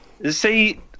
See